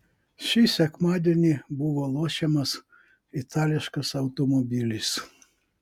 šį sekmadienį buvo lošiamas itališkas automobilis